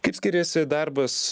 kaip skiriasi darbas